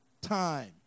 time